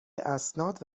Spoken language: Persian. اسناد